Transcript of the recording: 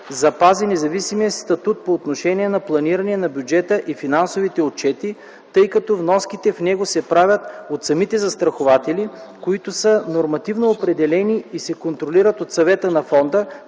запази независимия си статут по отношение на планиране на бюджета и финансовите отчети, тъй като вноските в него се правят от самите застрахователи, които са нормативно определени и се контролират от Съвета на фонда,